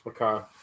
Okay